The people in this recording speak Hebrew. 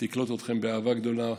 תקלוט אתכם באהבה גדולה,